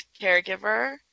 caregiver